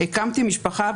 הקמתי משפחה,